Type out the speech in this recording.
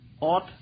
ought